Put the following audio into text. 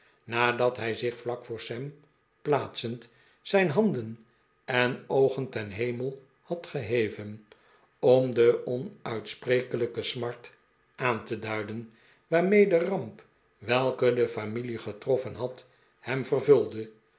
nadat hij zich vlak voor sam plaatsend zijn handen en oogen ten hemel had geheven om de onuitsprekelijke smart aan te duiden waarmee de ramp welke de familie getroffen had hem vervulde